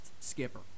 skipper